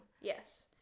Yes